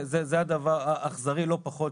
זה דבר אכזרי לא פחות,